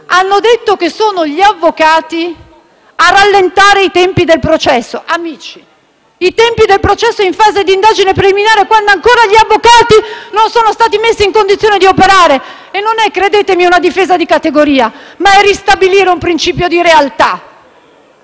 hanno detto che sono gli avvocati a rallentare i tempi del processo: amici, i tempi del processo in fase di indagine preliminare, quando ancora gli avvocati non sono stati messi in condizione di operare? *(Applausi del senatore Dal Mas).* Credetemi, non è una difesa di categoria, ma il ristabilire un principio di realtà.